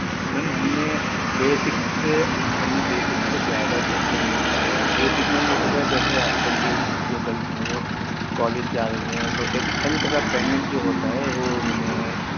میم ہم نے بیسک سے ہم نے بیسک سے برائڈل تک کے لیے ہم نے نکالے ہیں بیسک میم وہ ہوگا جیسے آج کل کی جو گرلس ہیں وہ کالج جا رہی ہیں تو ایک ہلکا سا پیننڈنٹ جو ہوتا ہے وہ انہوں نے